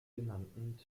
genannten